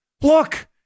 Look